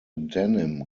denim